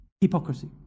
Hypocrisy